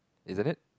isn't it